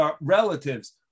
relatives